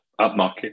upmarket